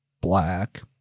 black